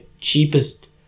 cheapest